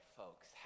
folks